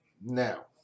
Now